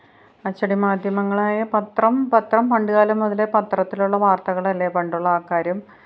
അച്ചടി മാധ്യമങ്ങളായ പത്രം പത്രം പണ്ടു കാലം മുതലേ പത്രത്തിലുള്ള വാര്ത്തകളല്ലെ പണ്ടുള്ള ആള്ക്കാരും